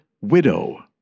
widow